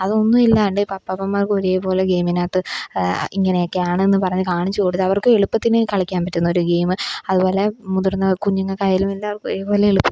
അതൊന്നുമില്ലാണ്ടിപ്പോള് അപ്പാപ്പന്മാർക്കൊരേ പോലെ ഗെയിമിനകത്ത് ഇങ്ങനെയൊക്കെയാണെന്നു പറഞ്ഞ് കാണിച്ചുകൊടുത്തവർക്ക് എളുപ്പത്തിന് കളിക്കാന് പറ്റുന്നൊരു ഗെയിം അതുപോലെ മുതിർന്ന കുഞ്ഞുങ്ങള്ക്കായാലും എല്ലാവർക്കൊരേ പോലെ എളുപ്പത്തില്